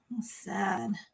sad